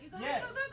yes